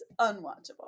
unwatchable